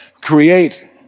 create